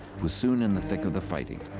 was soon in the thick of the fighting.